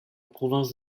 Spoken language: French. province